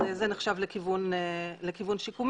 זה נחשב לכיוון שיקומי,